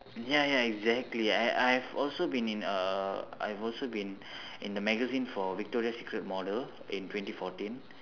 ya ya exactly I I have also been in err I have also been in the magazine for victoria secret model in twenty fourteen